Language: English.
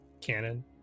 canon